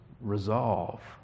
resolve